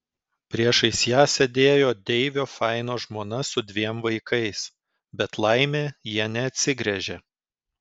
priešais ją sėdėjo deivio faino žmona su dviem vaikais bet laimė jie neatsigręžė